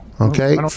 Okay